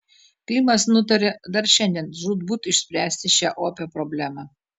klimas nutarė dar šiandien žūtbūt išspręsti šią opią problemą